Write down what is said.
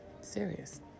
Serious